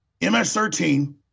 MS-13